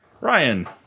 Ryan